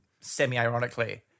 semi-ironically